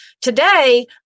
Today